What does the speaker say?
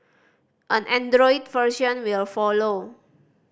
an Android version will follow